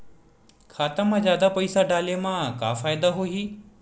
खाता मा जादा पईसा डाले मा का फ़ायदा होही?